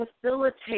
facilitate